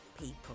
people